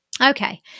Okay